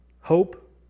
Hope